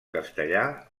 castellà